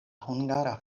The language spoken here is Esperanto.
hungara